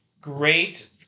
great